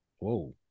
Whoa